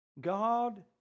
God